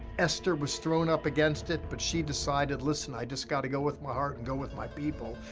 esther was thrown up against it, but she decided, listen, i just gotta go with my heart and go with my people,